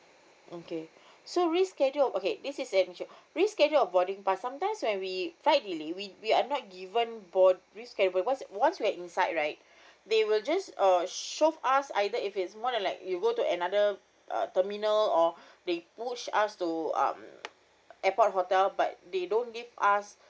okay so reschedule okay this is an let me check reschedule or boarding pass sometimes when we flight delay we we are not given board~ reschedule once once we're inside right they will just uh shove us either if it's more than like you go to another uh terminal or they push us to um airport hotel but they don't give us